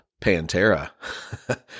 Pantera